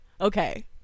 Okay